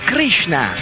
Krishna